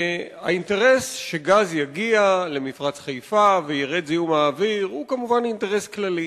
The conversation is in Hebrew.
האינטרס שגז יגיע למפרץ חיפה וירד זיהום האוויר הוא כמובן אינטרס כללי,